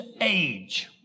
age